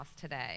today